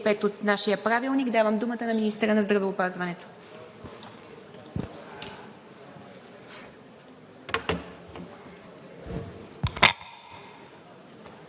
от нашия Правилник давам думата на министъра на здравеопазването.